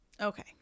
okay